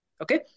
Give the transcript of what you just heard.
okay